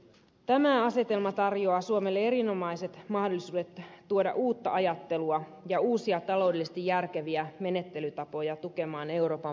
tämä asetelma tarjoaa suomelle erinomaiset mahdollisuudet tuoda uutta ajattelua ja uusia taloudellisesti järkeviä menettelytapoja tukemaan euroopan vakautta